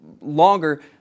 longer